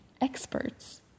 experts